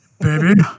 baby